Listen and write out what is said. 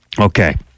Okay